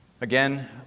Again